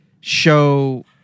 show